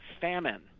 famine